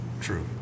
True